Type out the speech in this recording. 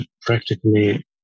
practically